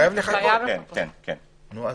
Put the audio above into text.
זה